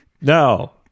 no